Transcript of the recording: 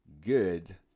good